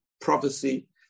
prophecy